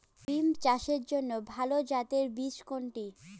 বিম চাষের জন্য ভালো জাতের বীজ কোনটি?